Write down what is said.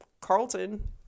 Carlton